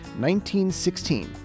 1916